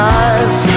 eyes